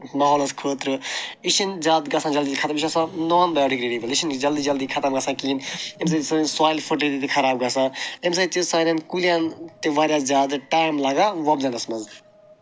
ماحولَس خٲطرٕ یہِ چھِنہٕ زیادٕ گژھان جلدی خَتم یہِ چھِ آسان نان بَیوڈِگرِڈیبٕل یہِ چھِنہٕ جلدی جلدی خَتم گژھان کِہیٖنی اَمہِ سۭتۍ چھِ سٲنۍ سایِل فٔرٹِلِٹی خراب گژھان اَمہِ سۭتۍ چھِ سانٮ۪ن کُلٮ۪ن تہِ واریاہ زیادٕ ٹایِم لَگان وۄپدٕنَس منٛز